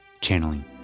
channeling